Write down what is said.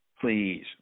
Please